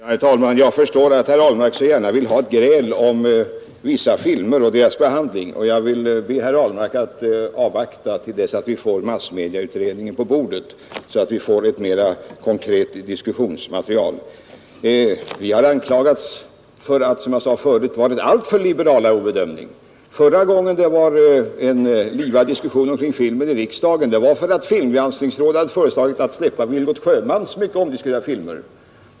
Herr talman! Jag förstår att herr Ahlmark gärna önskar ett gräl om vissa filmer och deras behandling, men jag vill be herr Ahlmark att avvakta tills vi får massmedieutredningen på bordet, så att vi har ett mera konkret diskussionsmaterial. Filmgranskningsrådet har anklagats, som jag sade förut, för att ha varit alltför liberalt i sin bedömning. Förra gången det var en livlig diskussion kring en film i riksdagen var det för att filmgranskningsrådet beslutat att frisläppa Vilgot Sjömans mycket omdiskuterade filmer.